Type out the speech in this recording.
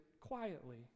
quietly